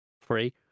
free